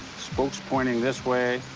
spokes pointing this way,